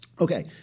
Okay